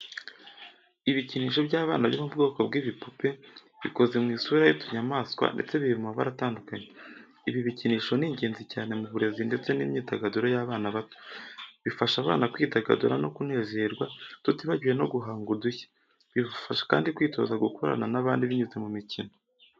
Ibikinisho by’abana byo mu bwoko bw'ibipupe bikoze mu isura y'utunyamaswa ndetse biri mu mabara atandukanye. Ibi bikinisho ni ingenzi cyane mu burezi ndetse n’imyidagaduro y’abana bato. Bifasha abana kwidagadura no kunezerwa tutibagiwe no guhanga udushya. Bibafasha kandi kwitoza gukorana n’abandi binyuze mu mikino.